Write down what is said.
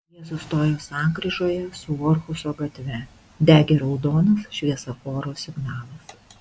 jie sustojo sankryžoje su orhuso gatve degė raudonas šviesoforo signalas